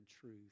truth